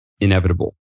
inevitable